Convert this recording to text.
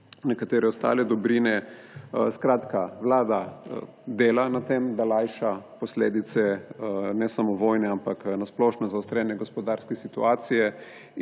nekatere ostale dobrine. Vlada torej dela na tem, da lajša posledice ne samo vojne, ampak na splošno zaostrene gospodarske situacije,